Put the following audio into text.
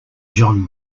john